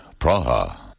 Praha